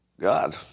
God